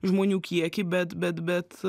žmonių kiekį bet bet bet